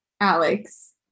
Alex